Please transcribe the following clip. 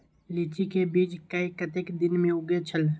लीची के बीज कै कतेक दिन में उगे छल?